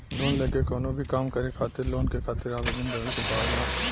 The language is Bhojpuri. लोन लेके कउनो भी काम करे खातिर लोन के खातिर आवेदन देवे के पड़ला